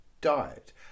diet